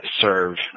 serve